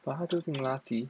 把它丢进垃圾